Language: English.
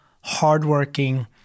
hardworking